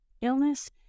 illness